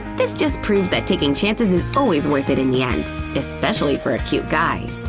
this just proves that taking chances is always worth it in the end especially for a cute guy.